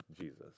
Jesus